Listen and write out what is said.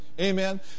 Amen